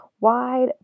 wide